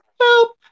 Help